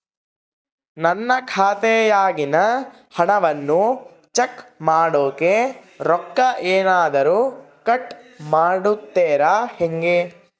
ನನ್ನ ಖಾತೆಯಾಗಿನ ಹಣವನ್ನು ಚೆಕ್ ಮಾಡೋಕೆ ರೊಕ್ಕ ಏನಾದರೂ ಕಟ್ ಮಾಡುತ್ತೇರಾ ಹೆಂಗೆ?